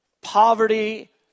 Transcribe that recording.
poverty